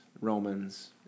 Romans